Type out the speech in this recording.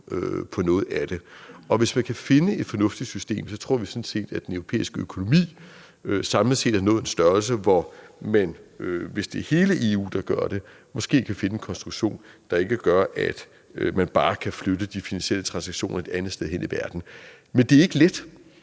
for noget af det. Og hvis man kan finde et fornuftigt system, tror vi sådan set, at den europæiske økonomi samlet set har nået en størrelse, hvor man, hvis det er hele EU, der gør det, måske kan finde en konstruktion, der ikke gør, at man bare kan flytte de finansielle transaktioner et andet sted hen i verden. Men det er ikke let.